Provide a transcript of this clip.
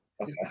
okay